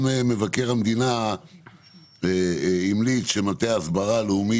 גם מבקר המדינה המליץ שמטה ההסברה הלאומי